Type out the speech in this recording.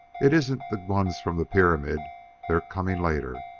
it isn't the ones from the pyramid they're coming later.